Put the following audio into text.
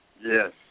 Yes